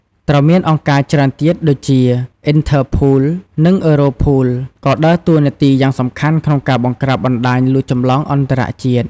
ត្រូវមានអង្គការច្រើនទៀតដូចជា អ៊ីនថើរភូល (Interpol) និង អ៊ឺរ៉ូភូល (Europol) ក៏ដើរតួនាទីយ៉ាងសំខាន់ក្នុងការបង្ក្រាបបណ្តាញលួចចម្លងអន្តរជាតិ។